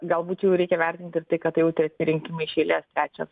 galbūt jau reikia vertinti ir tai kad jau treti rinkimai iš eilės trečias